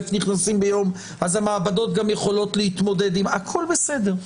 נכנסים ביום אז המעבדות יכולות להתמודד הכול בסדר,